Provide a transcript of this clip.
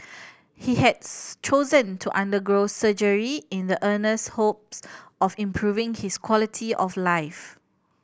he has chosen to undergo surgery in the earnest hopes of improving his quality of life